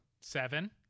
Seven